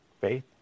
faith